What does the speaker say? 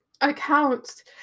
accounts